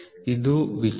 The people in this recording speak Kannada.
ಇದು ವಿಚಲನ